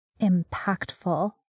impactful